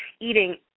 eating